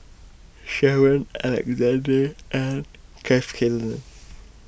Sharen Alexande and Kath Killer